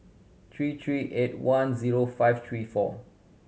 three three eight one zero five three four